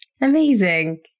Amazing